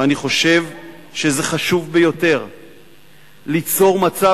ואני חושב שזה חשוב ביותר ליצור מצב,